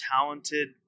talented